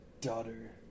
daughter